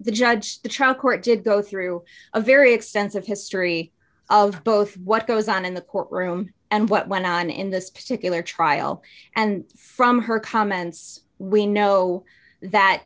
the judge the trial court did go through a very extensive history of both what goes on in the courtroom and what went on in this particular trial and from her comments we know that